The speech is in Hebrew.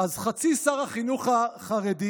אז חצי שר החינוך החרדי,